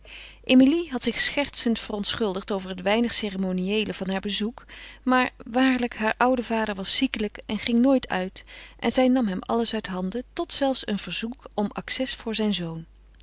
emilie had zich schertsend verontschuldigd over het weinig ceremoniëele van haar bezoek maar waarlijk haar oude vader was ziekelijk en ging nooit uit en zij nam hem alles uit handen tot zelfs een verzoek om acces voor zijn zoon